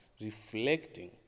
reflecting